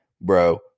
bro